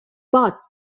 bots